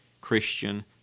Christian